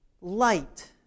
light